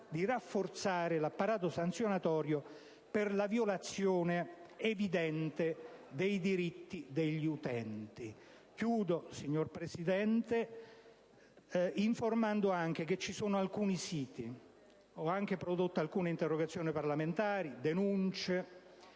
di rafforzare l'apparato sanzionatorio per la violazione evidente dei diritti degli utenti. Concludo, signor Presidente, informando anche che vi sono alcuni siti, (ho anche prodotto alcune interrogazioni parlamentari e denunce